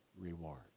reward